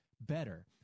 better